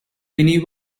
many